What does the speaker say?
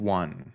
one